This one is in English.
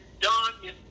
done